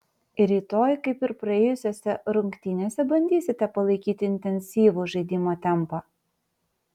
rytoj kaip ir praėjusiose rungtynėse bandysite palaikyti intensyvų žaidimo tempą